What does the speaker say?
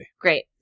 Great